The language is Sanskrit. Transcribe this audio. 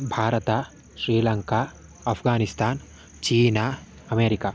भारतं श्रीलङ्का अफ़्गानिस्तान् चीना अमेरिका